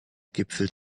gipfel